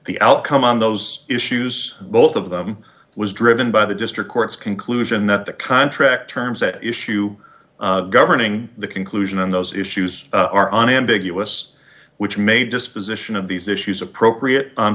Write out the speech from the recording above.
the outcome on those issues both of them was driven by the district court's conclusion that the contract terms at issue governing the conclusion on those issues are unambiguous which may disposition of these issues appropriate